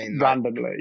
randomly